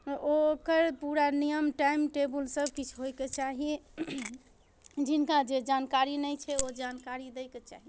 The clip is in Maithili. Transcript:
ओकर पूरा नियम टाइम टेबुल सभकिछु होयके चाही जिनका जे जानकारी नहि छै ओ जानकारी दैके चाही